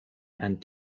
and